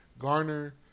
Garner